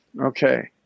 Okay